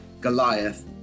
Goliath